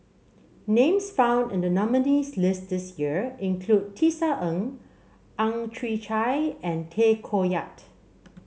names found in the nominees' list this year include Tisa Ng Ang Chwee Chai and Tay Koh Yat